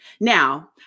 Now